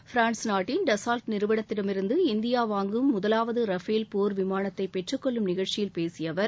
France நாட்டின் Dassault நிறுவனத்திடமிருந்து India வாங்கும் முதலாவது ரஃபேல் போர் விமானத்தை பெற்றுக் கொள்ளும் நிகழ்ச்சியில் பேசிய அவர்